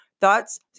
thoughts